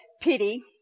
pity